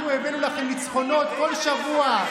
אנחנו הבאנו לכם ניצחונות כל שבוע.